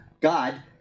God